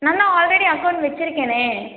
நான் தான் already account வச்சுருக்கனே